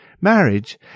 Marriage